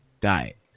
diet